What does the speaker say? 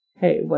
hey